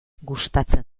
gustatzen